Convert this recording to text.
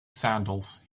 sandals